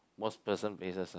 most person faces ah